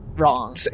Wrong